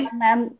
ma'am